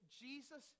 Jesus